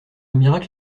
miracle